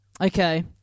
Okay